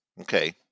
Okay